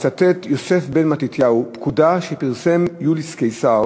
מצטט יוסף בן מתתיהו פקודה שפרסם יוליוס קיסר